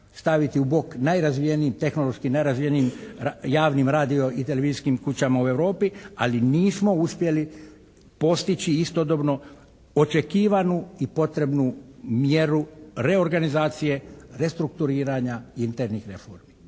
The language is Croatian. staviti u bok tehnološki najrazvijenijim javnim radio i televizijskim kućama u Europi ali nismo uspjeli postići istodobno očekivanu i potrebnu mjeru reorganizacije, restrukturiranja i internih reformi.